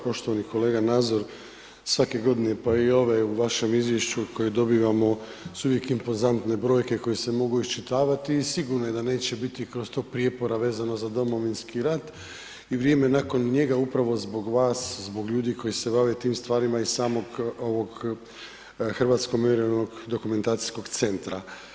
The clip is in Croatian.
Poštovani kolega Nazor, svake godine, pa i ove, u vašem izvješću koje dobivamo su uvijek impozantne brojke koje se mogu isčitavati i sigurno je da neće biti kroz to prijepora vezano za Domovinski rat i vrijeme nakon njega upravo zbog vas, zbog ljudi koji se bave tim stvarima i samog ovog Hrvatskog mirovnog dokumentacijskog centra.